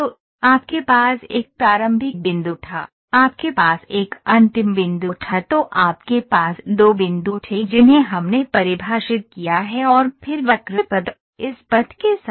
तो आपके पास एक प्रारंभिक बिंदु था आपके पास एक अंतिम बिंदु था तो आपके पास दो बिंदु थे जिन्हें हमने परिभाषित किया है और फिर वक्र पथ इस पथ के साथ